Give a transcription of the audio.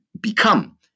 become